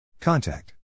Contact